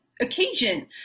occasion